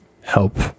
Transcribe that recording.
help